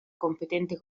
competente